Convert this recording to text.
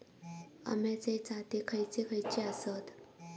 अम्याचे जाती खयचे खयचे आसत?